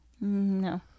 No